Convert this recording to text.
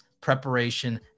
preparation